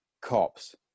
cops